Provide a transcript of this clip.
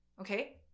okay